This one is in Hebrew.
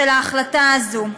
של החלטה זו.